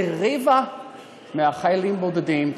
כרבע מהחיילים הבודדים,